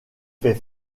fait